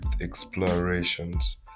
explorations